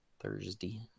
Thursday